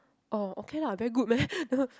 oh okay lah very good meh